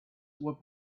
were